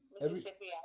Mississippi